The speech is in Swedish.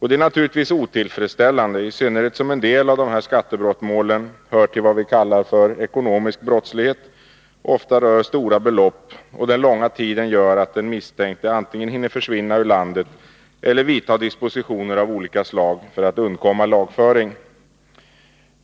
Det är naturligtvis otillfredsställande, i synnerhet som en del av dessa skattebrottmål hör till vad vi kallar ekonomisk brottslighet och ofta rör stora belopp. Den långa tiden gör att den misstänkte hinner antingen försvinna ur landet eller vidta dispositioner av olika slag för att undkomma lagföring.